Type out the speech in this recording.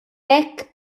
hekk